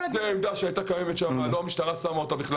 עמדה שהייתה קיימת שם ולא המשטרה שמה אותה שם.